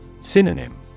Synonym